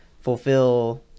fulfill